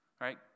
right